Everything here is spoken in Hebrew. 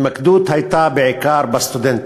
ההתמקדות הייתה בעיקר בסטודנטים,